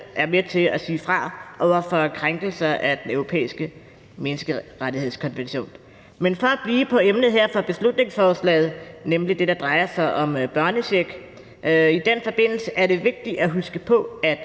er med til at sige fra over for krænkelser af Den Europæiske Menneskerettighedskonvention. Men for at blive ved emnet for beslutningsforslaget, nemlig det, der drejer sig om børnecheck, vil jeg sige, at det i den forbindelse er vigtigt at huske på,